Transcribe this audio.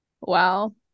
Wow